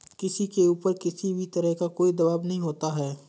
किसी के ऊपर किसी भी तरह का कोई दवाब नहीं होता है